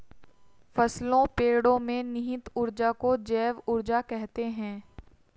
फसलों पेड़ो में निहित ऊर्जा को जैव ऊर्जा कहते हैं